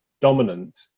dominant